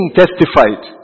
testified